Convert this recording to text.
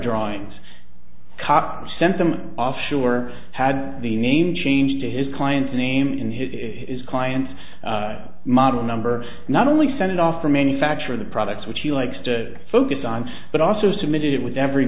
drawings cock sent them off sure had the name changed to his client's name in his client's model number not only sent it off for manufacture the products which he likes to focus on but also submitted with every